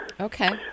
Okay